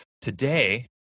Today